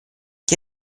che